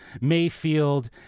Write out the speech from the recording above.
Mayfield